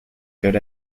good